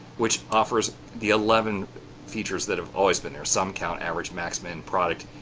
which offers the eleven features that have always been there, sum, count, average, max, min, product,